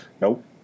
nope